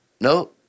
No